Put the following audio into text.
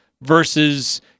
versus